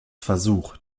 versuch